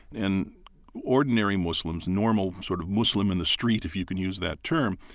and ordinary muslims, normal, sort of muslim in the street, if you can use that term,